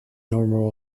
normal